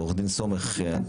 עו"ד סומך,